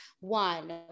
one